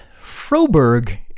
Froberg